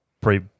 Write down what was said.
pre